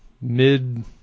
mid